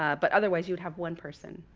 ah but otherwise, you'd have one person.